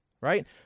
right